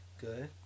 Good